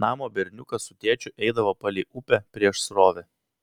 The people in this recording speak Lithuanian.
namo berniukas su tėčiu eidavo palei upę prieš srovę